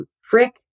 Frick